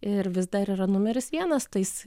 ir vis dar yra numeris vienas tais